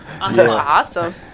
awesome